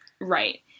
right